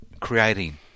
creating